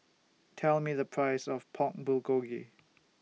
Tell Me The Price of Pork Bulgogi